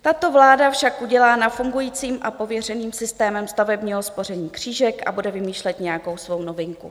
Tato vláda však udělá nad fungujícím a prověřeným systémem stavebního spoření křížek a bude vymýšlet nějakou svou novinku.